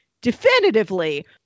definitively